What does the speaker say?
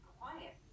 quiet